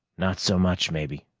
not so much, maybe,